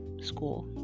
school